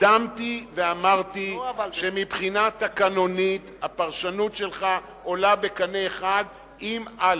הקדמתי ואמרתי שמבחינה תקנונית הפרשנות שלך עולה בקנה אחד עם (א).